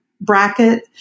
bracket